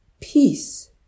Peace